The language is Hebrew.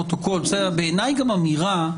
בעיניי גם אמירה,